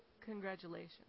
Congratulations